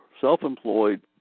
self-employed